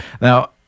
Now